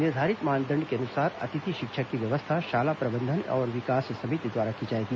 निर्धारित मानदंड के अनुसार अतिथि शिक्षक की व्यवस्था शाला प्रबंधन विकास समिति द्वारा की जाएगी